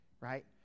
right